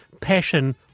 passion